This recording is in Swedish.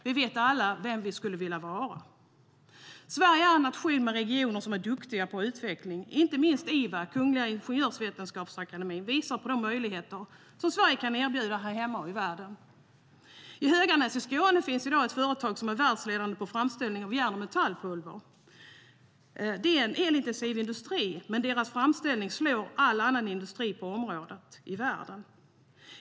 Vi vet alla vem vi skulle vilja vara.I Höganäs i Skåne finns i dag ett företag som är världsledande på framställning av järn och metallpulver. Det är en elintensiv industri, men deras framställning slår all annan industri på området i världen.